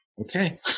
okay